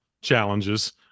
challenges